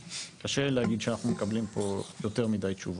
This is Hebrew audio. קשה לי להגיד שאנחנו מקבלים פה יותר מדי תשובות.